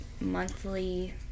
monthly